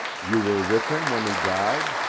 you were with him when he died?